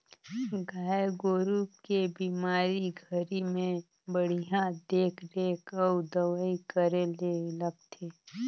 गाय गोरु के बेमारी घरी में बड़िहा देख रेख अउ दवई करे ले लगथे